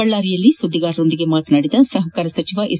ಬಳ್ಳಾರಿಯಲ್ಲಿ ಸುದ್ದಿಗಾರರೊಂದಿಗೆ ಮಾತನಾಡಿದ ಸಪಕಾರ ಸಚಿವ ಎಸ್